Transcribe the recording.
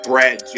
Brad